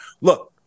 Look